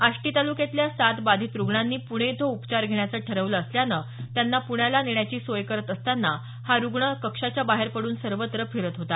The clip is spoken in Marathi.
आष्टी तालुक्यातल्या सात बाधित रुग्णांनी पुणे इथं उपचार घेण्याचं ठरवलं असल्यानं त्यांना प्ण्याला नेण्याची सोय करत असताना हा रूग्ण कक्षाच्या बाहेर पडून सर्वत्र फिरत होता